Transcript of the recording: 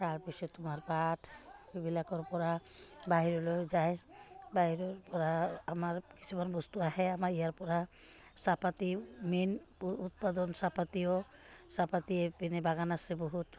তাৰ পিছত তোমাৰ পাত এইবিলাকৰপৰা বাহিৰলৈ যায় বাহিৰৰপৰা আমাৰ কিছুমান বস্তু আহে আমাৰ ইয়াৰপৰা চাহপাতেই মেইন উৎপাদন চাহপাতেও চাহপাতেই এইপিনে বাগান আছে বহুত